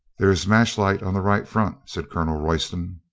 there is match light on the right front, said colonel royston.